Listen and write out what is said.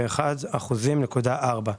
התשי"ד-1954,